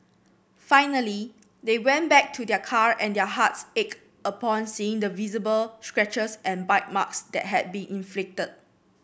finally they went back to their car and their hearts ached upon seeing the visible scratches and bite marks that had been inflicted